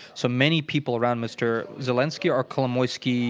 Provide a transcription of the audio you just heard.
so many people around mr. zelinsky are are kolomoyskyi